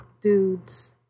dudes